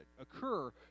occur